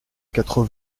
quatre